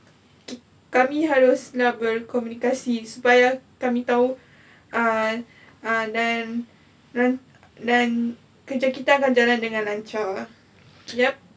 kami haruslah berkomunikasi supaya kami tahu uh uh dan dan dan kerja kita akan jalan dengan lancar yup